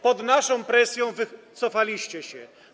Pod naszą presją wycofaliście się.